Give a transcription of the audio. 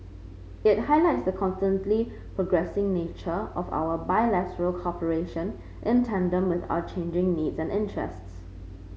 it highlights the constantly progressing nature of our bilateral cooperation in tandem with our changing needs and interests